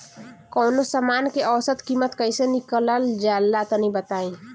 कवनो समान के औसत कीमत कैसे निकालल जा ला तनी बताई?